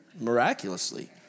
Miraculously